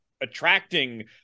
attracting